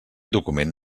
document